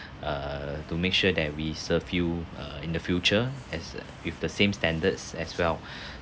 err to make sure that we serve you uh in the future as a with the same standards as well